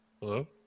Hello